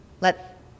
let